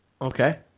Okay